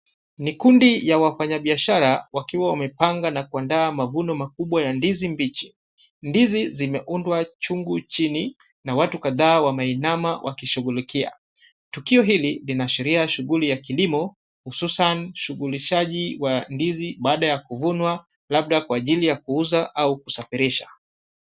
Ni kundi ya wafanyibiashara wamepanga na kuandaa mavuno ya ndizi mbichi, ndizi zimeundwa chungu chini na watu kadhaa wameinama wakishughulikia tukio hili lina ashiria shughuli ya kilimo hususan shughulishaji wa ndizi baada ya kuvunwa kwa ajili ya kuuza au kusafirisha.